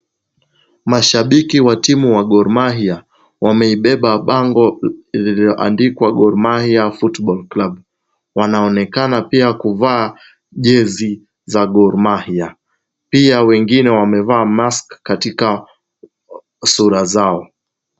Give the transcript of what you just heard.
Mashabiki wa timu ya Gor Mahia wamelibeba bango lililoandikwa Gor Mahia Football Club. Wanaonekana pia kuvaa jezi za Gor Mahia, pia wengine wamevaa mask katika sura zao.